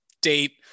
date